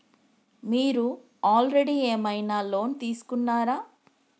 మీరు ఆల్రెడీ ఏమైనా లోన్ తీసుకున్నారా?